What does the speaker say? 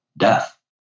death